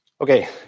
Okay